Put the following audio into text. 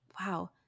wow